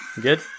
Good